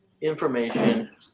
information